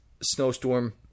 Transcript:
snowstorm